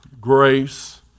grace